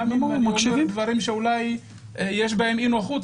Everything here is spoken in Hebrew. גם אם אני אומר דברים שיש בהם אי נוחות,